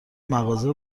مغازه